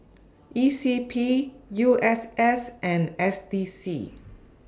E C P U S S and S D C